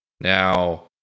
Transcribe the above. Now